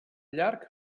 llarg